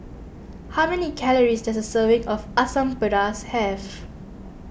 how many calories does a serving of Asam Pedas have